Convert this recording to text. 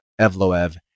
Evloev